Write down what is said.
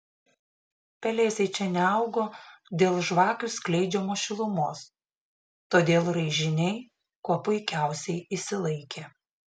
pelėsiai čia neaugo dėl žvakių skleidžiamos šilumos todėl raižiniai kuo puikiausiai išsilaikė